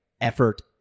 effort